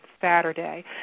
Saturday